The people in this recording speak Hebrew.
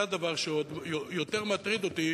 זה הדבר שיותר מטריד אותי